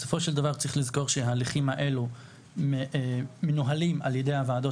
צריך לזכור שבסופו של דבר שההליכים האלו מנוהלים על ידי הוועדות